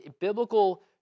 biblical